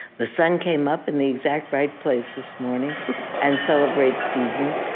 the sun came up in the exact right place this morning and celebrates seasons.